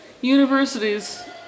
Universities